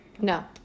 no